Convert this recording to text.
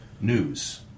news